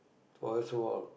oh that's all